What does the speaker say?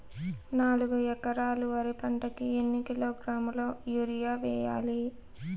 నాలుగు ఎకరాలు వరి పంటకి ఎన్ని కిలోగ్రాముల యూరియ వేయాలి?